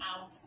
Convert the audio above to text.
out